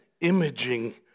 imaging